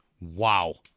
Wow